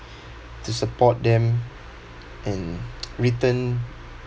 to support them and return